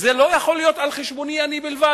וזה לא יכול להיות על-חשבוני בלבד,